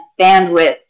bandwidth